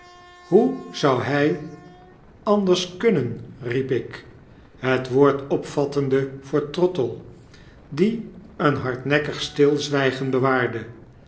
hoe zou hy anders kunnen riep ik het woord opvattende voor trottle die een hardnekkig stilzwygen bewaarde